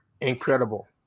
Incredible